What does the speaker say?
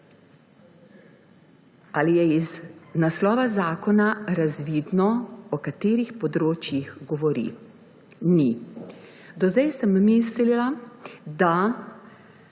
Ali je iz naslova zakona razvidno, o katerih področjih govori? Ni. Do sedaj sem mislila, da